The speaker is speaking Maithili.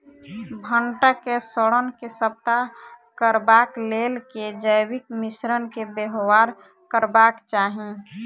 भंटा केँ सड़न केँ समाप्त करबाक लेल केँ जैविक मिश्रण केँ व्यवहार करबाक चाहि?